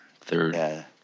third